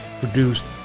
Produced